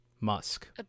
Musk